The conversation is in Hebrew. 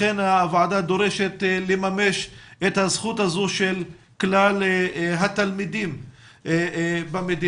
לכן הוועדה דורשת לממש את הזכות הזו של כלל התלמידים במדינה.